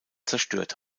zerstört